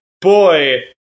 boy